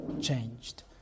changed